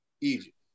Egypt